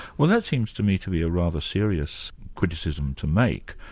well that seems to me to be a rather serious criticism to make,